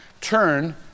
turn